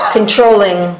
Controlling